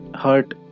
hurt